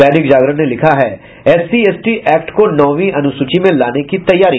दैनिक जागरण ने लिखा है एससी एसटी एक्ट को नौवीं अनुसूची में लाने की तैयारी